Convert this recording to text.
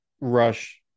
Rush